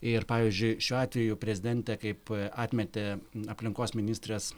ir pavyzdžiui šiuo atveju prezidentė kaip atmetė aplinkos ministrės